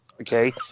Okay